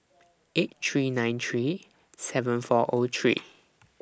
eight three nine three seven four O three